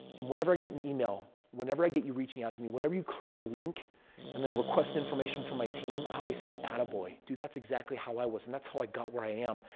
and whenever i get an email, whenever i get you reaching out to me, whenever you click the link and then request information from my team, i always say, atta boy. dude, that's exactly how i was and that's how i got where i am.